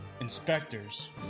Inspectors